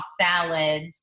salads